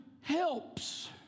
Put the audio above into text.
helps